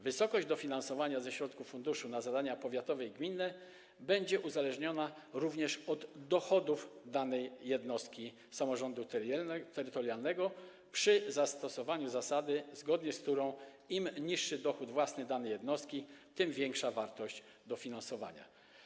Wysokość dofinansowania ze środków funduszu na zadania powiatowe i gminne będzie uzależniona również od dochodów danej jednostki samorządu terytorialnego, z zastosowaniem zasady, zgodnie z którą im niższy dochód własny danej jednostki, tym większa wartość dofinansowania.